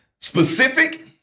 Specific